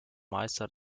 meister